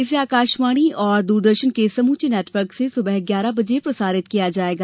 इसे आकाशवाणी और दूरदर्शन के समूचे नेटवर्क से सुबह ग्यारह बजे प्रसारित किया जायेगा